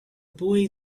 boy